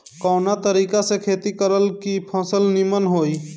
कवना तरीका से खेती करल की फसल नीमन होई?